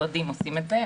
המשרדים עושים את זה.